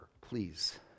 Please